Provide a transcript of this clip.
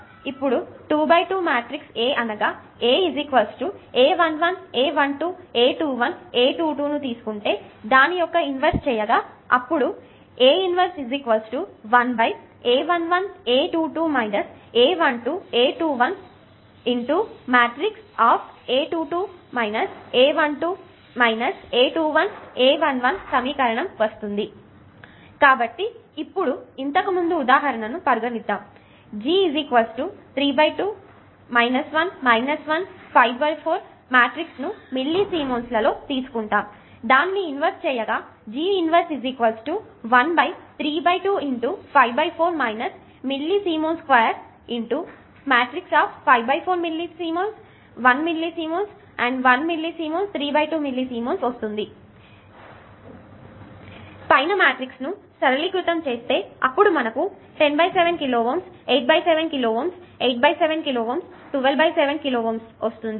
ఇప్పుడు 2 x 2 matrix A అనగా A a11 a12 ను తీసుకుంటే మరియు దాని ఇన్వర్స్ చేయగా అప్పుడు a21 a22 A 11a11a 22 a12a21 a22 a12 సమీకరణం వస్తుంది a21 a11 కాబట్టి ఇప్పుడు ఇంతకుముందు ఉదాహరణ పరిగణిద్దాము G 32 1 1 54 ను మిల్లీ సిమెన్స్ లలో తీసుకుంటాం దాని ఇన్వర్స్ చేయగా అప్పుడు G 113254 1ms2 54ms 1ms 1ms 32ms వస్తుంది పైన మాట్రిక్స్ ను సరళీకృతం చేస్తే అప్పుడు మనకు 107kΩ 87kΩ 87kΩ 127kΩ వస్తుంది